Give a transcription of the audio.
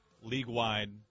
League-wide